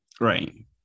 Right